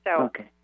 Okay